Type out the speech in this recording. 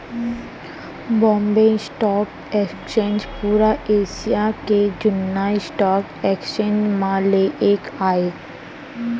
Bombay stock exchange पुरा Asia के जुन्ना स्टॉक एक्सचेंज म ले एक आय